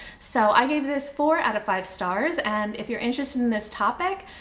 so i gave this four out of five stars, and if you're interested in this topic,